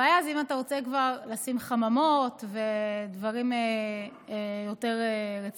הבעיה היא אם אתה רוצה כבר לשים חממות ודברים יותר רציניים.